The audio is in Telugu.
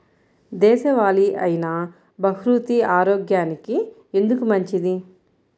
దేశవాలి అయినా బహ్రూతి ఆరోగ్యానికి ఎందుకు మంచిది?